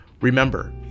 Remember